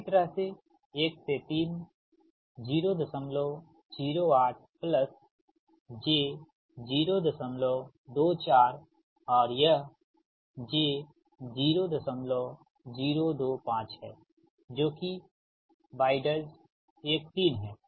इसी तरह 1 से 3 008 प्लस j 024 और यह j 0025 है जो कि y13 है